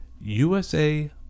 USA